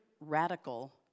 radical